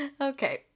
okay